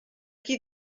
qui